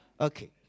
okay